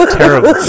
terrible